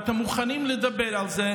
ואתם מוכנים לדבר על זה,